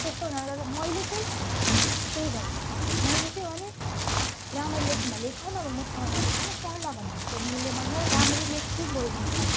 त्यस्तो नहुँदा चाहिँ मैले चाहिँ केही गरिनँ मैले चाहिँ भने राम्ररी लेख्ने भए लेख्ने भए म सँग नलेख म सरलाई भनिदिन्छु अनि उसले भन्यो राम्ररी लेख्छु बोल्दिनँ पनि